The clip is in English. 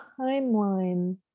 timeline